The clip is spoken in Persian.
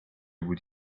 بود